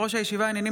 באנשים.